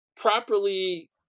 properly